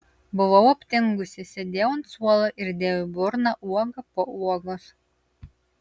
buvau aptingusi sėdėjau ant suolo ir dėjau į burną uogą po uogos